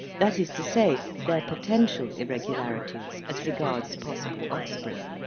that is to say their potential irregularities as regards possible offspring.